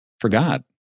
forgot